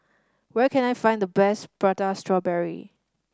where can I find the best Prata Strawberry